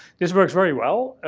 this works very well,